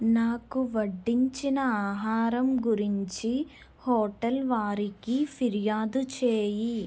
నాకు వడ్డించిన ఆహారం గురించి హొటల్ వారికి ఫిర్యాదు చేయి